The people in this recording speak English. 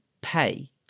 pay